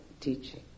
teaching